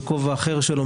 בכובע אחר שלו,